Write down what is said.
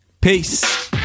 Peace